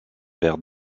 vers